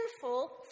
sinful